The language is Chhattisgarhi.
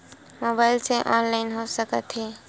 मोबाइल से ऑनलाइन हो सकत हे?